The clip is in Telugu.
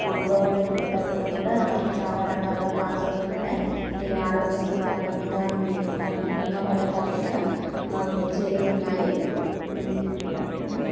గవర్నమెంట్ తరఫున కూడా మాకు చాలా రకాలుగా ఫండ్స్ వస్తున్నాయి ఈ ఆరోగ్యశ్రీ కార్డ్ మీద ఇలాంటి బీమా పథకాలు కూడా మాకు చేరుతున్నాయి